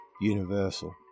Universal